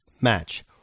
match